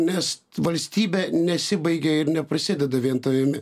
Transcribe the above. nes valstybė nesibaigia ir neprasideda vien tavimi